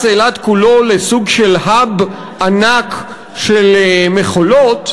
אילת כולו לסוג של hub ענק של מכולות,